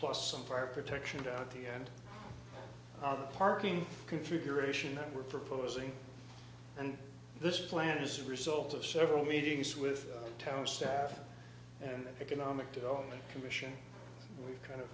plus some part protection down the end of the parking configuration that we're proposing and this plan is a result of several meetings with tower staff and economic development commission we've kind of